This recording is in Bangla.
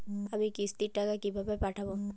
আমি কিস্তির টাকা কিভাবে পাঠাব?